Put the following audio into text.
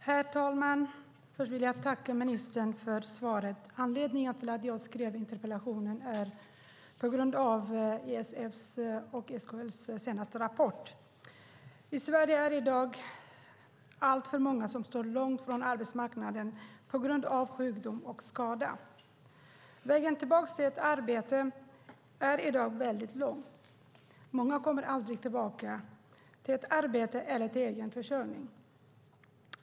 Herr talman! Först vill jag tacka ministern för svaret. Anledningen till att jag skrev interpellationen var ISF:s och SKL:s senaste rapporter. I Sverige finns i dag alltför många som står långt bort från arbetsmarknaden på grund av sjukdom och skador. Vägen tillbaka till ett arbete är i dag lång. Många kommer aldrig tillbaka till ett arbete eller egen försörjning.